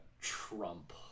Trump